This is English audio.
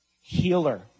Healer